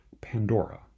Pandora